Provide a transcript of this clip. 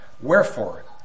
Wherefore